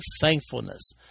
thankfulness